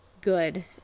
good